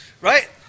right